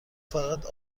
فقط